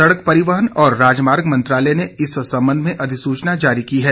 सड़क परिवहन और राजमार्ग मंत्रालय ने इस संबंध में अधिसूचना जारी की है